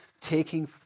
taking